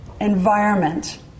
environment